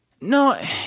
No